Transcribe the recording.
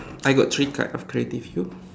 I got three card of creative you